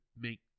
make